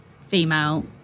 female